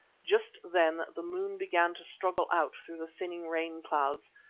just then the moon began to struggle out through the thinning rain-clouds,